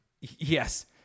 yes